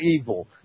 evil